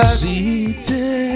city